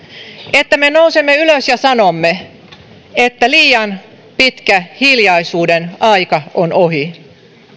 että me nousemme ylös ja sanomme että liian pitkä hiljaisuuden aika on ohi